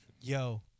Yo